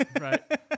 right